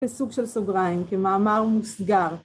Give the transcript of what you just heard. פיסוק של סוגריים, כמאמר מוסגר.